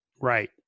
Right